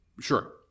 Sure